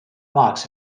fox